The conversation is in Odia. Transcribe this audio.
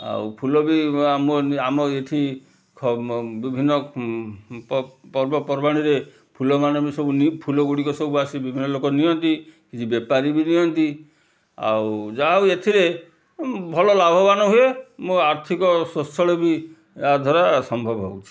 ଆଉ ଫୁଲ ବି ଆମ ଏଠି ବିଭିନ୍ନ ପର୍ବପର୍ବାଣିରେ ଫୁଲ ମାନେ ବି ସବୁ ଫୁଲ ଗୁଡ଼ିକ ଆସି ବିଭିନ୍ନ ଲୋକ ଆସି ନିଅନ୍ତି କିଛି ବେପାରୀ ବି ନିଅନ୍ତି ଆଉ ଯାହା ହଉ ଏଥିରେ ଭଲ ଲାଭାବନ ହୁଏ ମୋ ଆର୍ଥିକ ଶୋଷଣ ବି ଆ ଦ୍ୱାରା ସମ୍ବବ ହେଉଛି